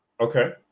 Okay